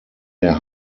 der